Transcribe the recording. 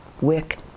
wick